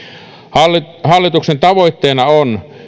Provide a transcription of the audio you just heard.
hallituksen hallituksen tavoitteena on